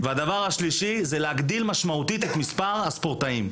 והדבר השלישי הוא להגדיל משמעותית את מספר הספורטאים.